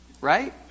Right